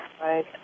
Right